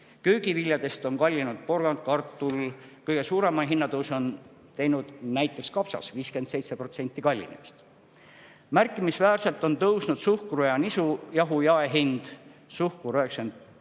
Köögiviljadest on kallinenud porgand, kartul. Kõige suurema hinnatõusu on teinud näiteks kapsas, 57% kallinemist. Märkimisväärselt on tõusnud suhkru ja nisujahu jaehind: suhkur 91%